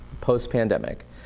post-pandemic